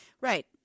Right